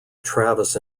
travis